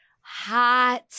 hot